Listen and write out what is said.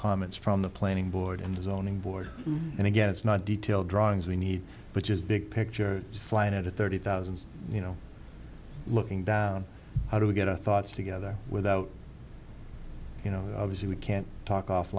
comments from the planning board and zoning board and again it's not detailed drawings we need but just big picture flying at a thirty thousand you know looking down how do we get our thoughts together without you know obviously we can't talk off